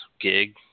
gig